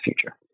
future